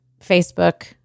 Facebook